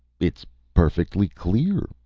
it's perfectly clear,